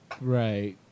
Right